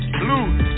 blue